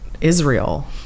israel